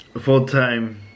full-time